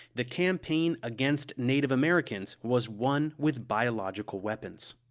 the campaign against native americans was won with biological weapons.